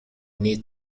need